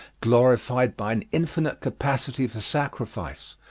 glorified by an infinite capacity for sacrifice.